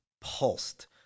pulsed